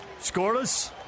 Scoreless